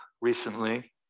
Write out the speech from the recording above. recently